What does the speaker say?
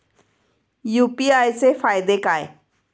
UPI चे फायदे काय?